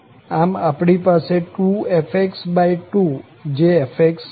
આમ આપણી પાસે 2fx2 જે fx છે